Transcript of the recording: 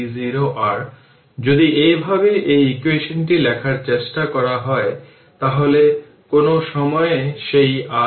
সুতরাং এই ইকুয়েশনটিকে এনার্জি ইকুয়েশন বলা হয়